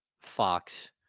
Fox